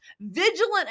vigilant